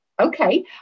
okay